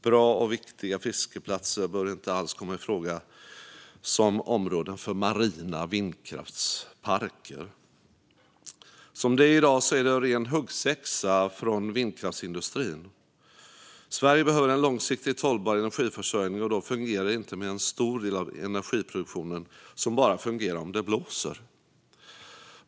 Bra och viktiga fiskeplatser bör inte alls komma i fråga som områden för marina vindkraftsparker, men som det är i dag är det en ren huggsexa från vindkraftsindustrin. Sverige behöver en långsiktigt hållbar energiförsörjning, och då fungerar det inte med en stor del av energiproduktionen som bara fungerar om det blåser.